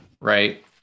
Right